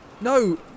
No